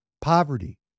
Poverty